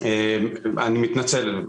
אני מתנצל,